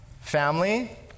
Family